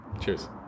Cheers